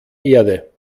erde